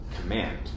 command